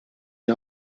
die